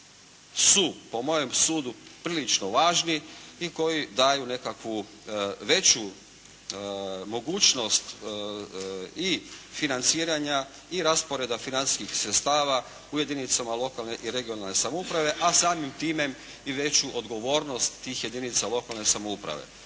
su po mojem sudu prilično važni i koji daju nekakvu veću mogućnost i financiranja i rasporeda financijskih sredstava u jedinicama lokalne i regionalne samouprave, a samim time i veću odgovornost tih jedinica lokalne samouprave.